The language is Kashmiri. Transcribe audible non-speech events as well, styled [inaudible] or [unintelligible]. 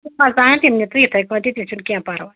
[unintelligible] تام تِم نہِ ژٕ یِتھَے پٲٹھی سُہ چھُنہٕ کیٚنٛہہ پَرواے